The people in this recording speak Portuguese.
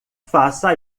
faça